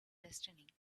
destiny